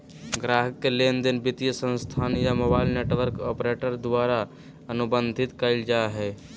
ग्राहक के लेनदेन वित्तीय संस्थान या मोबाइल नेटवर्क ऑपरेटर द्वारा अनुबंधित कइल जा हइ